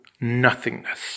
nothingness